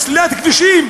לסלילת כבישים,